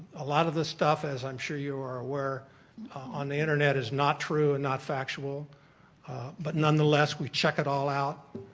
a lot of the stuff as i'm sure you are aware on the internet is not true and not factual but nonetheless we check it all out.